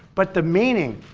but the meaning.